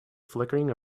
flickering